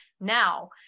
Now